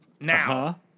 Now